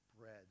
bread